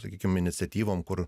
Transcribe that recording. sakykim iniciatyvom kur